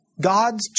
God's